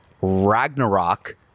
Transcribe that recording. Ragnarok